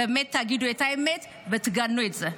באמת תגידו את האמת ותגנו את זה.